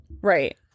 Right